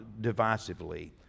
divisively